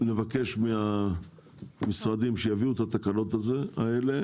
שנבקש מהמשרדים שיביאו את התקנות האלה.